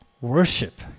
worship